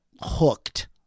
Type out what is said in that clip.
hooked